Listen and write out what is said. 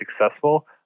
successful